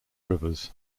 rivers